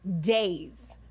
days